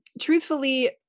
Truthfully